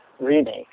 remake